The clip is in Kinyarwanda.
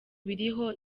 biriho